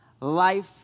Life